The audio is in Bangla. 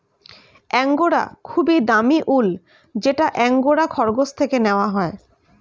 অ্যাঙ্গোরা খুবই দামি উল যেটা অ্যাঙ্গোরা খরগোশ থেকে নেওয়া হয়